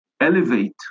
elevate